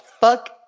fuck